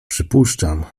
przypuszczam